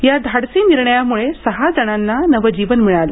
या धाडसी निर्णयामुळे सहा जणांना नवजीवन मिळाले